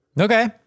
Okay